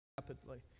rapidly